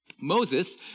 Moses